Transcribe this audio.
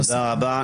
תודה רבה.